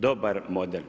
Dobar model.